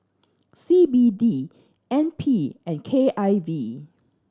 C B D N P and K I V